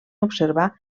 observar